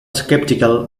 skeptical